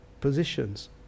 positions